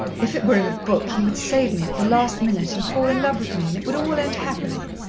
if it were in a book, he would save me at the last minute and fall in love with me and it would all end happily.